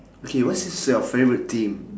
okay what is your favourite team